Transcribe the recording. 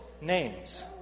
names